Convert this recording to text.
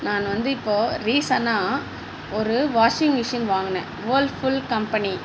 நான் வந்து இப்போது ரீசனா ஒரு வாஷிங்மிஷின் வாங்குனேன் வ்வேர்பூல் கம்பெனி